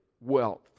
wealth